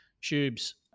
Tubes